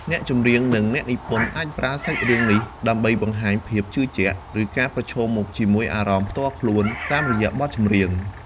អ្នកចម្រៀង និងអ្នកនិពន្ធអាចប្រើសាច់រឿងនេះដើម្បីបង្ហាញភាពជឿជាក់ ឬការប្រឈមមុខជាមួយអារម្មណ៍ផ្ទាល់ខ្លួនតាមរយៈបទចម្រៀង។